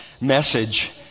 message